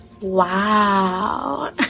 wow